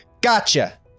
Gotcha